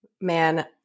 Man